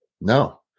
No